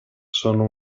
sono